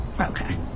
Okay